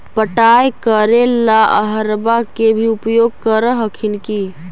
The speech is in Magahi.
पटाय करे ला अहर्बा के भी उपयोग कर हखिन की?